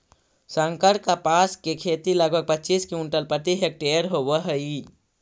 संकर कपास के खेती लगभग पच्चीस क्विंटल प्रति हेक्टेयर होवऽ हई